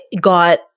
got